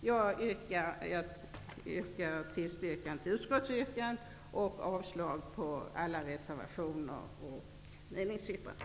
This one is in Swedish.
Jag yrkar bifall till utskottets hemställan och avslag på alla reservationer och meningsyttringen.